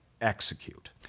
execute